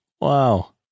Wow